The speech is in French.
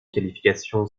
qualification